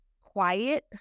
quiet